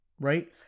right